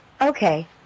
Okay